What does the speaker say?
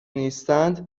نیستند